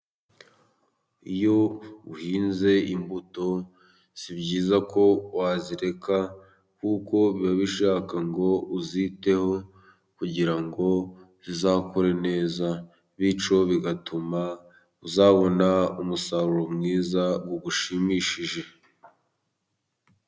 Iyo uhinze imbuto si byiza ko wazireka ,kuko biba bishaka ngo uziteho ,kugira ngo zizakure neza, bityo bigatuma uzabona umusaruro mwiza ugushimishije.